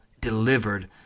delivered